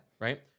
Right